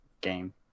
game